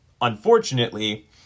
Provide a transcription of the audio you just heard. unfortunately